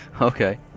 Okay